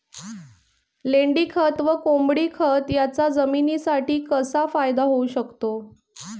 लेंडीखत व कोंबडीखत याचा जमिनीसाठी कसा फायदा होऊ शकतो?